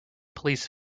police